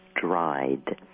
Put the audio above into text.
dried